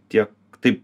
tiek taip